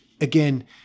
again